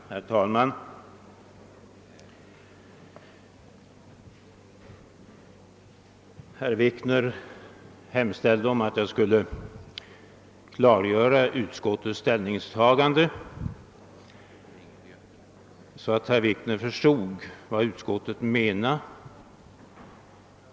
Herr talman! Herr Wikner hemställde om att jag skulle klargöra utskottets ställningstagande så att han förstod vad utskottet menar.